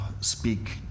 speak